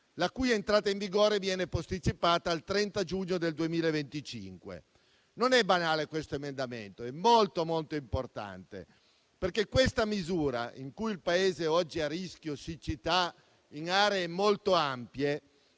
la cui entrata in vigore viene posticipata al 30 giugno 2025. Non è banale questo emendamento, ma è molto importante, perché questa misura, in un Paese oggi a rischio siccità in aree molto ampie,